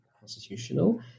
constitutional